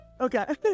Okay